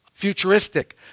futuristic